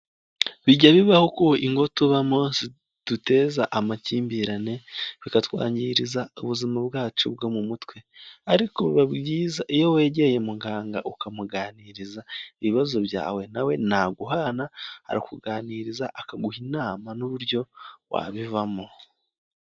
Bijya bibaho ko ingo tubamo ziduteza amakimbirane, bikatwangiriza ubuzima bwacu bwo mu mutwe, ariko biba byiza iyo wegeye muganga ukamuganiriza ibibazo byawe, nawe ntaguhana, arakuganiriza akaguha inama n'uburyo wabivamo.